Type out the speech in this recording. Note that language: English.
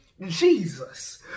Jesus